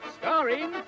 starring